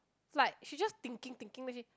like she just thinking thinking then she